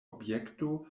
objekto